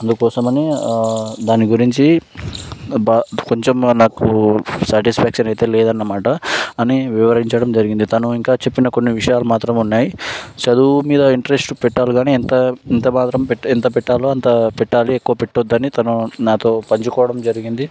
అందుకోసమనే దాని గురించి కొంచెం గా నాకు శాటిస్ఫ్యాక్షన్ అయితే లేదు అన్నమాట అని వివరించడం జరిగింది తను ఇంకా చెప్పిన కొన్ని విషయాలు మాత్రం ఉన్నాయి చదువు మీద ఇంట్రెస్ట్ పెట్టాలి కానీ ఎంత మాత్రం ఎంత పెట్టాలో అంత పెట్టాలి ఎక్కువ పెట్టద్దు అని తను నాతో పంచుకోవడం జరిగింది